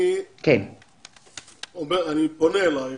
אני פונה אליך